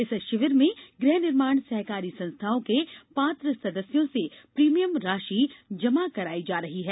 इस शिविर में गृह निर्माण सहकारी संस्थाओं के पात्र सदस्यों से प्रीमियम राशि जमा करायी जा रही है